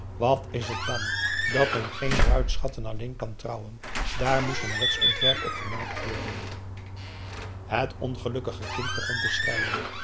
wat is het jammer dat men geen bruidschatten alleen kan trouwen daar moest een wetsontwerp op gemaakt worden het ongelukkige kind begon te